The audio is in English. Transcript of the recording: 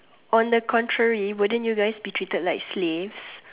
on the contrary wouldn't you guys be treated like slave